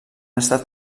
estat